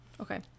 okay